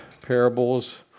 parables